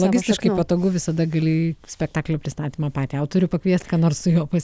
logistiškai patogu visada gali spektaklių pristatymą patį autorių pakviest ką nors su juo pas